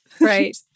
Right